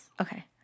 okay